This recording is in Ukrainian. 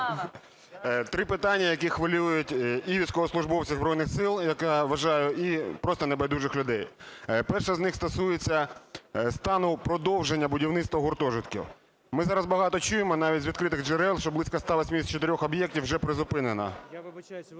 Три питання, які хвилюють і військовослужбовців Збройних Сил, як я вважаю, і просто небайдужих людей. Перше з них стосується стану продовження будівництва гуртожитків. Ми зараз багато чуємо, навіть з відкритих джерел, що близько 184 об'єктів вже призупинено.